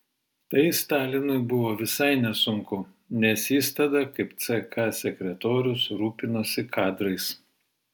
tai stalinui buvo visai nesunku nes jis tada kaip ck sekretorius rūpinosi kadrais